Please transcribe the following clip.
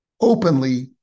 openly